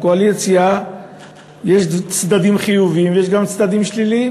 לקואליציה יש צדדים חיוביים ויש גם צדדים שליליים.